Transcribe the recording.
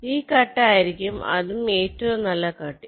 ഈ കട്ട് ആയിരിക്കും അതും ഏറ്റവും നല്ല കട്ട്